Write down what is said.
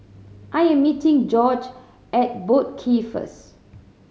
I am meeting Gorge at Boat Quay first